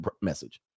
message